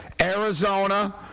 Arizona